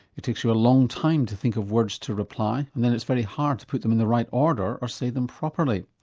it takes you a long time to think of words to reply and then it's very hard to put them in the right order or say them properly.